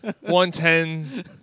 One-ten